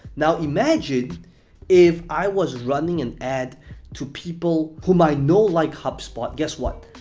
now, imagine if i was running an ad to people whom i know like hubspot, guess what?